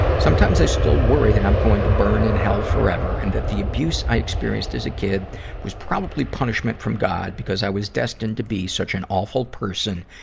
sometimes i still worry that i'm going to burn in hell forever and that the abuse i experienced as a kid was probably punishment from god because i was destined to be such an awful person,